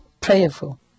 prayerful